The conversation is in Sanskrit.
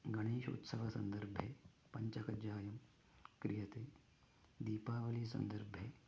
गणेशोत्सवसन्दर्भे पञ्चकज्जायं क्रियते दीपावलीसन्दर्भे